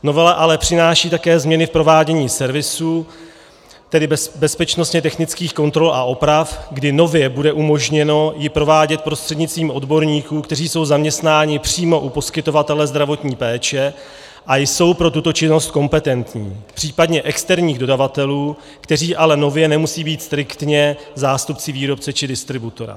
Novela ale přináší také změny v provádění servisu, tedy bezpečnostně technických kontrol a oprav, kdy nově bude umožněno ji provádět prostřednictvím odborníků, kteří jsou zaměstnáni přímo u poskytovatele zdravotní péče a jsou pro tuto činnost kompetentní, případně externích dodavatelů, kteří ale nově nemusí být striktně zástupci výrobce či distributora.